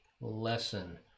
lesson